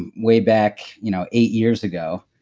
and way back you know eight years ago.